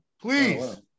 Please